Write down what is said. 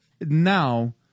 now